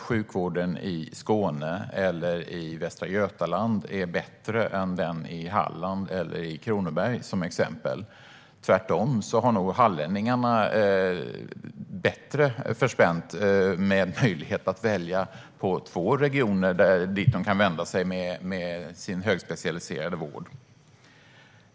Sjukvården i Skåne eller i Västra Götaland är inte bättre än den i Halland eller i Kronoberg. Tvärtom har nog hallänningarna det bättre förspänt med möjlighet att välja mellan två regioner för att få högspecialiserad vård.